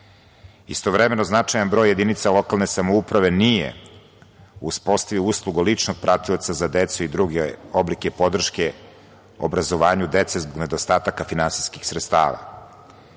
ulice. Istovremeno značajan broj jedinica lokalne samouprave nije uspostavio uslugu ličnog pratioca za decu i druge oblike podrške obrazovanju dece, nedostataka finansijskih sredstava.